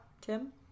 tim